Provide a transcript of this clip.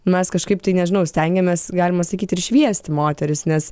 mes kažkaip tai nežinau stengiamės galima sakyti ir šviesti moteris nes